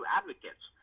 advocates